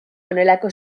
honelako